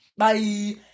bye